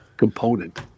component